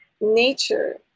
nature